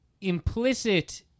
implicit